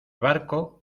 barco